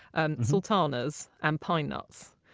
and and sultanas and pine nuts.